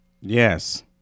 Yes